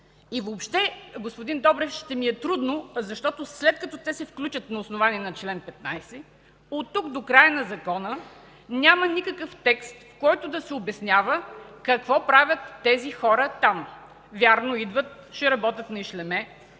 Господин Добрев, ще ми е трудно, защото след като те се включат на основание на чл. 15, от тук до края на Закона няма никакъв текст, в който да се обяснява какво правят тези хора там. Вярно, идват, ще работят на ишлеме.